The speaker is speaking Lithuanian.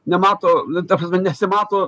nemato nu ta prasme nesimato